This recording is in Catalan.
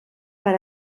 per